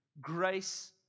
grace